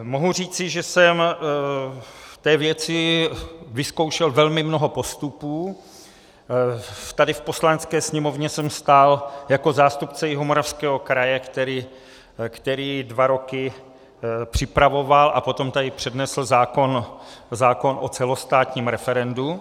Mohu říci, že jsem v té věci vyzkoušel velmi mnoho postupů, tady v Poslanecké sněmovně jsem stál jako zástupce Jihomoravského kraje, který dva roky připravoval a potom tady přednesl zákon o celostátním referendu.